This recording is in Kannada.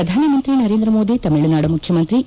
ಪ್ರಧಾನಮಂತ್ರಿ ನರೇಂದ್ರ ಮೋದಿ ತಮಿಳುನಾಡು ಮುಖ್ಯಮಂತ್ರಿ ಇ